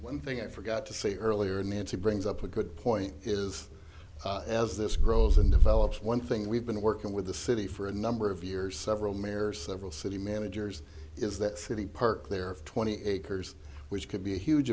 one thing i forgot to say earlier and manti brings up a good point is as this grows and develops one thing we've been working with the city for a number of years several mayors several city managers is that city park there are twenty acres which could be a huge